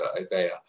Isaiah